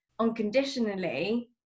unconditionally